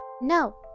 No